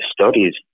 studies